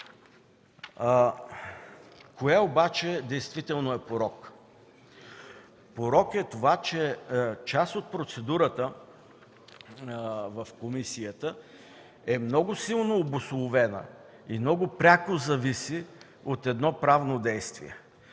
Кое обаче действително е порок? Порок е това, че част от процедурата в комисията е много силно обусловена и много пряко зависи от правно действие,